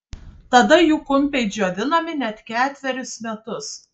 tada jų kumpiai džiovinami net ketverius metus